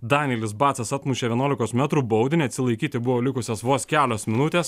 danelis batsas atmušė vienuolikos metrų baudinį atsilaikyti buvo likusios vos kelios minutės